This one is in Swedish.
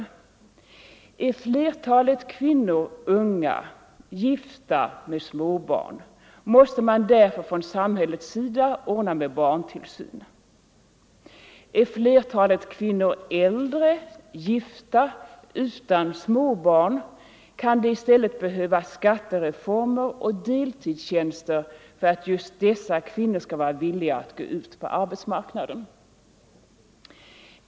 kvinnor, m.m. Är flertalet kvinnor unga, gifta med småbarn, måste man därför från samhällets sida ordna med barntillsyn. Är flertalet kvinnor äldre, gifta utan småbarn, kan det i stället behövas skattereformer och deltidstjänster för att just dessa kvinnor skall vara villiga att gå ut på arbetsmarknaden.